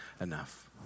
enough